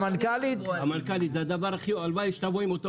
הלוואי והמנכ"לית תבוא למשרד החקלאות